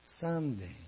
someday